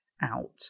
out